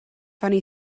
funny